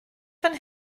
fan